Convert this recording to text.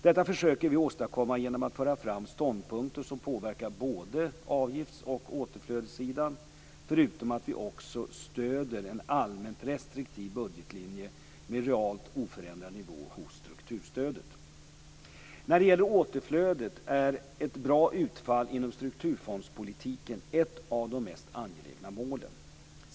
Detta försöker vi åstadkomma genom att föra fram ståndpunkter som påverkar både avgifts och återflödessidan, förutom att vi också stöder en allmänt restriktiv budgetlinje med realt oförändrad nivå hos strukturstödet. När det gäller återflödet är ett bra utfall inom strukturfondspolitiken ett av de mest angelägna målen.